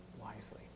wisely